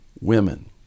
women